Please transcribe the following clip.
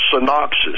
synopsis